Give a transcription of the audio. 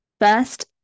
First